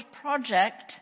project